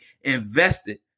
invested